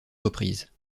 reprises